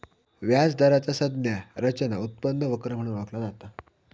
व्याज दराचा संज्ञा रचना उत्पन्न वक्र म्हणून ओळखला जाता